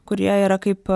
kurie yra kaip